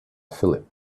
phillip